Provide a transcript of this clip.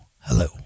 Hello